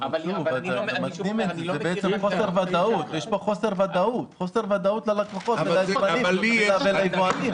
יש פה חוסר ודאות ללקוחות, ליצרנים וליבואנים.